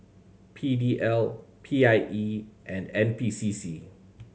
P D L P I E and N P C C